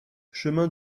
chemin